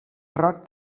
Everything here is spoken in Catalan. roc